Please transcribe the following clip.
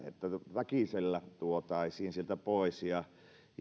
väkisellä tuotaisiin sieltä pois ja